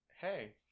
hey